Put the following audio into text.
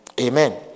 Amen